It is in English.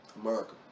America